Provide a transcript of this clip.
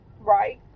right